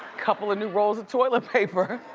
couple of new rolls of toilet paper.